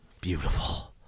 Beautiful